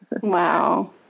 Wow